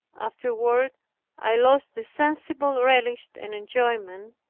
afterward i lost the sensible relish and enjoyment,